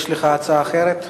יש לך הצעה אחרת?